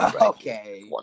Okay